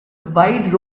wide